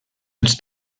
els